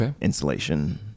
insulation